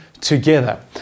together